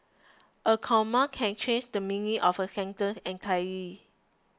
a comma can change the meaning of a sentence entirely